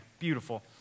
beautiful